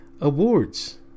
awards